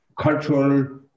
cultural